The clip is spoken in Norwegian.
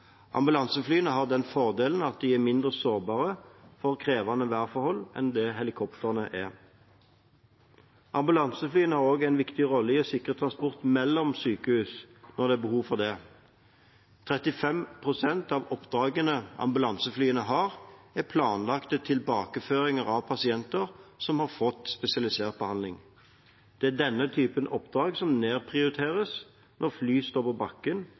Ambulanseflyene har den fordelen at de er mindre sårbare for krevende værforhold enn helikoptrene er. Ambulanseflyene har også en viktig rolle i å sikre transport mellom sykehus når det er behov for det. 35 pst. av oppdragene ambulanseflyene har, er planlagte tilbakeføringer av pasienter som har fått spesialisert behandling. Det er denne type oppdrag som nedprioriteres når fly står på bakken